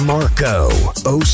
Marco